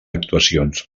actuacions